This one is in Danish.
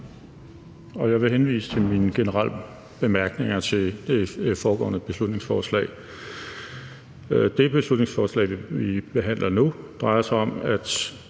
Jeg vil henvise til mine generelle bemærkninger til det foregående beslutningsforslag. Det beslutningsforslag, vi behandler nu, drejer sig om, at